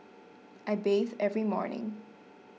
I bathe every morning